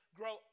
grow